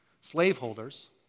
slaveholders